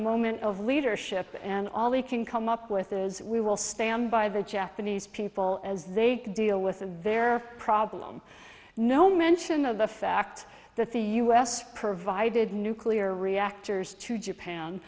moment of leadership and all he can come up with is we will stand by the japanese people as they deal with the very problem no mention of the fact that the u s provided nuclear reactors to japan